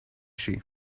she